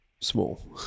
small